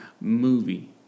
movie